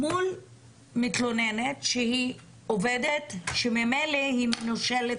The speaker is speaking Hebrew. מול מתלוננת שהיא עובדת שממילא היא מנושלת